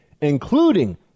including